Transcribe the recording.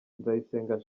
nzayisenga